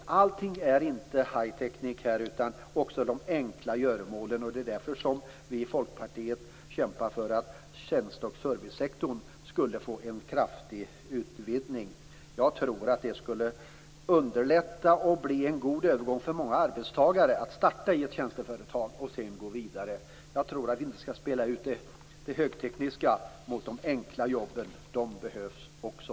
Allt är inte high-tech. Det finns också de enkla göromålen. Det är därför vi i Folkpartiet kämpar för att tjänste och servicesektorn borde få en kraftig utvidgning. Jag tror att det skulle underlätta, och att det skulle bli en god övergång för många arbetstagare, att starta i ett tjänsteföretag och sedan gå vidare. Jag tror inte att vi skall spela ut de högteknologiska jobben mot de enkla jobben. De enkla jobben behövs också.